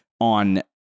On